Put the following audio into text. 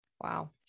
Wow